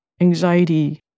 anxiety